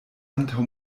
antaŭ